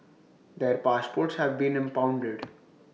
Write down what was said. their passports have been impounded